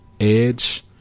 Edge